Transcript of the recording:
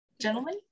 gentlemen